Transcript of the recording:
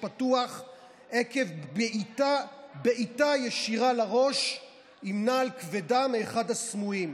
פתוח עקב בעיטה ישירה לראש עם נעל כבדה מאחד הסמויים.